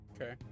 okay